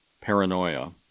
paranoia